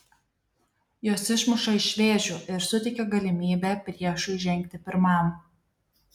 jos išmuša iš vėžių ir suteikia galimybę priešui žengti pirmam